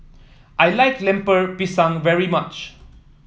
I like Lemper Pisang very much